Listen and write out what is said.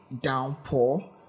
downpour